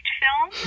film